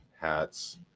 hats